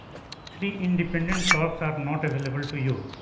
three independent torques are not available to you